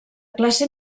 classe